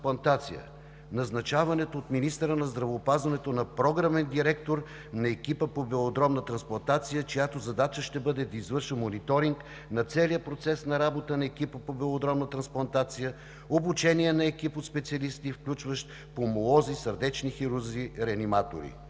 назначаването от министъра на здравеопазването на програмен директор на екипа по белодробна трансплантация, чиято задача ще бъде да извършва мониторинг на целия процес на работа на екипа по белодробна трансплантация; обучение на екип от специалисти, включващ пулмолози, сърдечни хирурзи, реаниматори.